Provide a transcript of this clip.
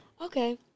okay